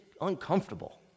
uncomfortable